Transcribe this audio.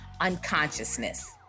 unconsciousness